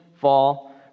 fall